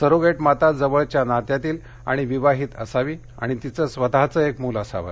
surrogate माता जवळच्या नात्यातील आणि विवाहित असावी आणि तिचे स्वतःचे एक मूल असावे